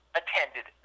attended